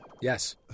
Yes